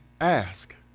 ask